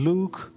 Luke